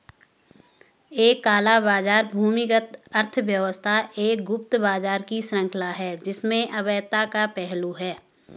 एक काला बाजार भूमिगत अर्थव्यवस्था एक गुप्त बाजार की श्रृंखला है जिसमें अवैधता का पहलू है